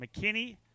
McKinney